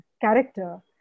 character